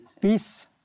Peace